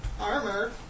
Armor